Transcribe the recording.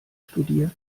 studiert